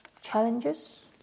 challenges